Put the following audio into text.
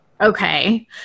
okay